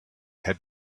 had